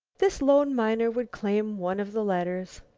this lone miner would claim one of the letters.